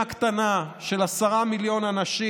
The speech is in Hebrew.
של 10 מיליון אנשים,